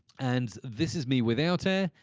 and this is me without air.